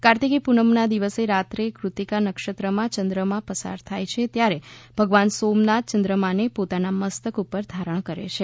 કાર્તિકી પુનમના દિવસે રાત્રે ક્રતિકા નક્ષત્રમાંથી ચંદ્રમા પસાર થાય છે ત્યારે ભગવાન સોમનાથ યન્દ્રમાંને પોતાના મસ્તક ઉપર ધારણ કરે છે